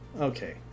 Okay